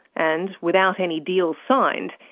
and without any deal signed,